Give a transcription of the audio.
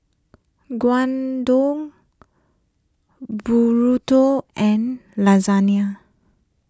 Gyudon Burrito and Lasagne